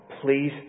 please